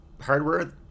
hardware